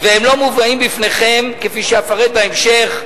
והם לא מובאים בפניכם, כפי שאפרט בהמשך: